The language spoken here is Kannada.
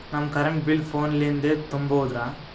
ನಮ್ ಕರೆಂಟ್ ಬಿಲ್ ಫೋನ ಲಿಂದೇ ತುಂಬೌದ್ರಾ?